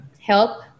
help